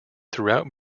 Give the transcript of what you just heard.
throughout